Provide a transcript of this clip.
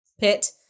Pit